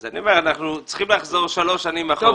אני אומר שאנחנו צריכים לחזור שלוש שנים אחורה.